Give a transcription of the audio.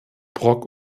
brok